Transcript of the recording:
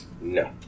No